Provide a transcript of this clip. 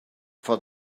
for